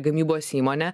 gamybos įmonė